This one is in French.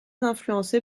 influencé